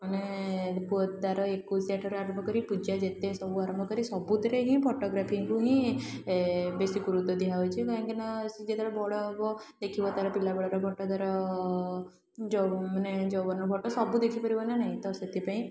ମାନେ ତାର ଏକୋଇଶିଆ ଠାରୁ ଆରମ୍ଭ କରି ପୂଜା ଯେତେ ସବୁ ଆରମ୍ଭ କରି ସବୁଥିରେ ହିଁ ଫଟୋଗ୍ରାଫିକୁ ହିଁ ଏ ବେଶୀ ଗୁରୁତ୍ୱ ଦିଆହେଉଛି କାହିଁକିନା ସେ ଯେତେବେଳେ ବଡ଼ ହେବ ଦେଖିବ ତା'ର ପିଲାବେଳର ଫଟୋ ଧର ଯେଉଁମାନେ ଯୌବନର ଫଟୋ ସବୁ ଦେଖିପାରିବ ନା ନାଇଁ ତ ସେଥିପାଇଁ